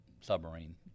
submarine